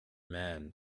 man